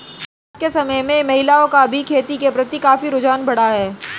आज के समय में महिलाओं का भी खेती के प्रति काफी रुझान बढ़ा है